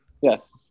Yes